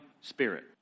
spirit